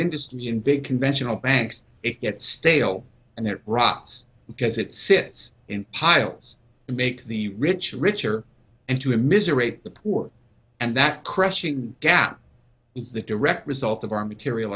industry and big conventional banks it gets stale and it rots because it sits in piles and make the rich richer and to a misery the poor and that crushing gap is the direct result of our material